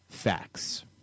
Facts